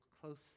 close